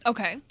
Okay